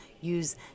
use